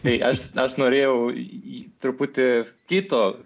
tai aš aš norėjau truputį kito